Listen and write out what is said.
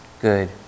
good